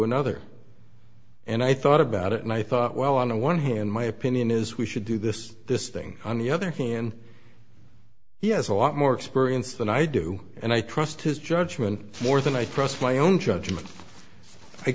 another and i thought about it and i thought well on the one hand my opinion is we should do this this thing on the other hand he has a lot more experience than i do and i trust his judgment more than i trust my own judgment i